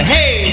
Hey